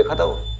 ah know.